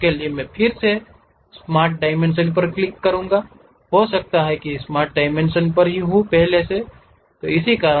उसके लिए फिर से मैं स्मार्ट डायमेंशन पर क्लिक कर सकता हूं या पहले से ही मैं स्मार्ट डायमेंशन पर हूं यही कारण है कि स्मार्ट डायमेंशन यहाँ पर प्रकाश डाला गया है